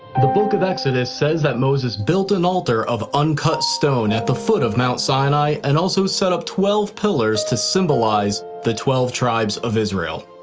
the book of exodus says that moses built an altar of uncut stone at the foot of mount sinai and also set up twelve pillars to symbolize the twelve tribes of israel.